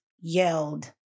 yelled